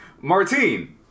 Martine